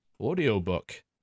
audiobook